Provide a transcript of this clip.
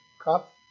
cup